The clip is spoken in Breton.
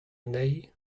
anezhi